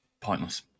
pointless